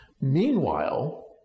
Meanwhile